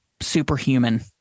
superhuman